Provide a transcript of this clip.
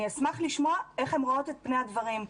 אני אשמח לשמוע איך הן רואות את פני הדברים,